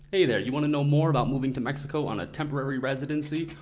hey there, you want to know more about moving to mexico on a temporary residency?